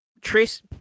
Trace